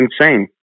insane